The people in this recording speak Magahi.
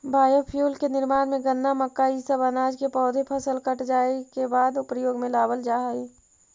बायोफ्यूल के निर्माण में गन्ना, मक्का इ सब अनाज के पौधा फसल कट जाए के बाद प्रयोग में लावल जा हई